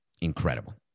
Incredible